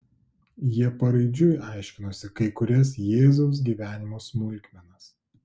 jie paraidžiui aiškinosi kai kurias jėzaus gyvenimo smulkmenas